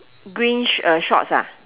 green uh shorts ah